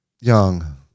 Young